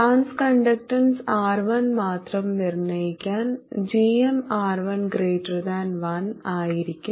trans conductance R1 മാത്രം നിർണ്ണയിക്കാൻ gmR1 1 ആയിരിക്കും